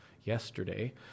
yesterday